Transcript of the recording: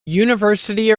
university